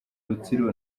rutsiro